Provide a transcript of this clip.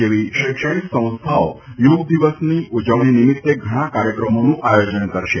જેવી શૈક્ષણિક સંસ્થાઓ યોગ દિવસની ઉજવણી નીમીત્તે ઘણા કાર્યક્રમોનું આયોજન કરશે